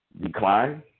decline